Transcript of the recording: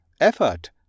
effort